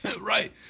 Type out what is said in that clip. Right